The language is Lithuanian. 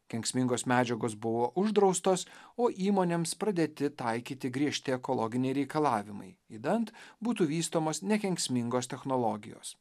kenksmingos medžiagos buvo uždraustos o įmonėms pradėti taikyti griežti ekologiniai reikalavimai idant būtų vystomos nekenksmingos technologijos